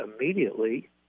immediately